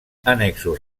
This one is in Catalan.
annexos